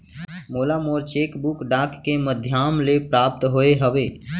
मोला मोर cheque book डाक के मध्याम ले प्राप्त होय हवे